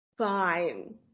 Fine